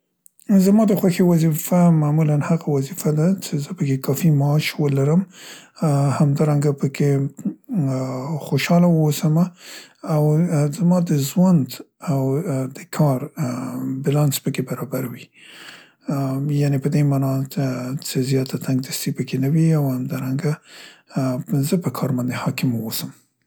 زما د خوښې وظیفه معمولاً هغه وظیفه ده چې زه په کې کافي معاش ولرم، ا همدارنګه په کې م ا خوشحاله واوسمه، زما د ژوند او کار بیلانس په کې برابر وي.ا یعنې په دې معنا ت چې زیاته تنګدستي په کې نه وي او همدارنګه ا زه په کار باندې حاکم واوسم.